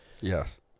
Yes